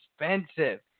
expensive